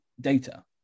data